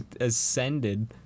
ascended